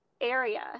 area